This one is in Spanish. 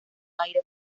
aire